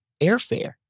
airfare